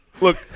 Look